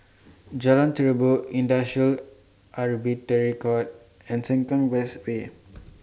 Jalan Terubok Industrial Arbitration Court and Sengkang West Way